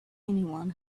anyone